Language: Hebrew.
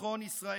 ביטחון ישראל.